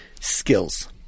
skills